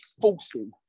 forcing